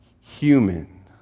human